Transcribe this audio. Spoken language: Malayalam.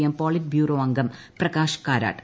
എം പോളിറ്റ് ബ്യുറോ അംഗം പ്രകാശ് കാരാട്ട്